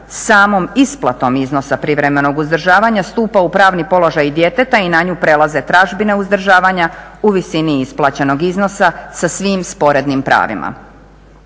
samom isplatom privremenog uzdržavanja stupa u pravni položaj djeteta i na nju prelaze tražbine uzdržavanja u visini isplaćenog iznosa sa svim sporednim pravima.